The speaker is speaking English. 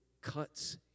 cuts